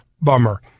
Bummer